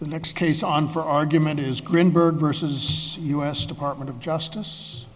the next case on for argument is greenberg versus u s department of justice